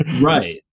Right